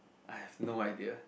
I have no idea